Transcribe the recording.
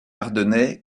ardennais